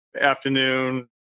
afternoon